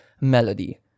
melody